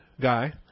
guy